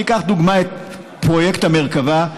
ניקח לדוגמה את פרויקט "המרכבה",